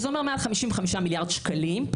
שזה אומר מעל 55 מיליארד שקלים,